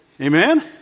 Amen